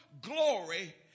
glory